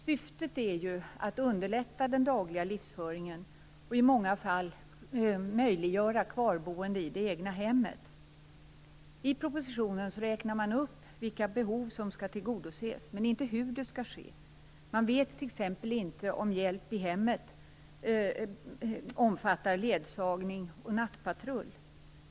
Syftet är ju att underlätta den dagliga livsföringen och i många fall möjliggöra kvarboende i det egna hemmet. I propositionen räknar man upp vilka behov som skall tillgodoses men inte hur det skall ske. Man vet t.ex. inte om "hjälp i hemmet" omfattar ledsagning och nattpatrull.